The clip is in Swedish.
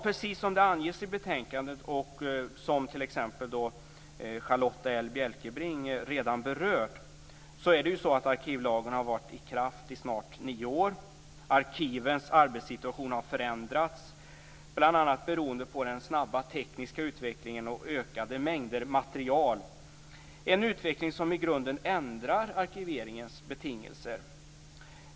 Precis som det anges i betänkandet och som redan har berörts t.ex. av Charlotta L Bjälkebring har arkivlagen varit i kraft i snart nio år. Arkivens arbetssituation har förändrats, bl.a. beroende på den snabba tekniska utvecklingen och ökade mängder av material, en utveckling som i grunden ändrar arkiveringens betingelser.